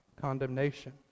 condemnation